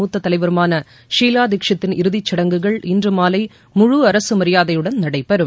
மூத்த தலைவருமான விலா தீக்ஷித்தின் இறுதிச் சடங்குகள் இன்று மாலை முழு அரசு மரியாதையுடன் நடைபெறும்